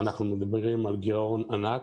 על גירעון ענק.